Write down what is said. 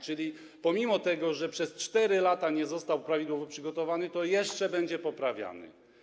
Czyli pomimo że przez 4 lata nie został prawidłowo przygotowany, to jeszcze będzie poprawiany.